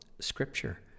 scripture